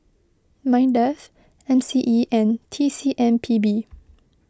Mindef M C E and T C M P B